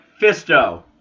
Fisto